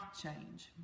change